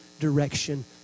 direction